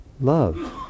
Love